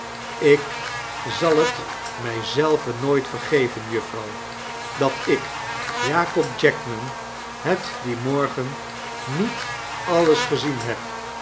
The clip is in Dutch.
ik zal het mij zelven nooit vergeven juffrouw dat ik jakob jackman het dien morgen niet alles gezien heb